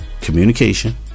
communication